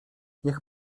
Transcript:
niech